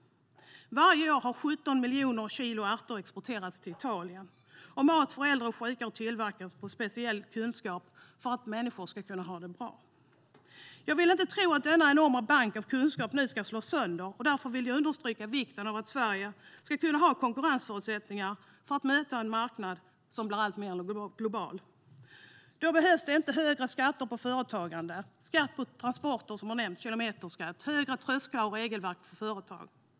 Varje år har 17 miljoner kilo ärtor exporterats till Italien. Mat för äldre och sjuka har tillverkats med speciell kunskap för att människor ska kunna ha det bra. Jag vill inte tro att denna enorma bank av kunskap nu ska slås sönder, och därför vill jag understryka vikten av att Sverige ska kunna ha konkurrensförutsättningar för att möta en marknad som blir alltmer global. Då behövs det inte högre skatter på företagande, inte skatt på transporter - kilometerskatt - och inte högre trösklar och fler regelverk för företagen.